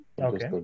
Okay